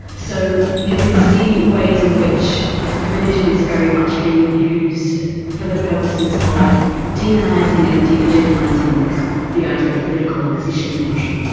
so you can see ways in which religion is very much being used for the purposes of demonising and delegitimising the idea of political opposition in russia.